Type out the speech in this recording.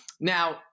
Now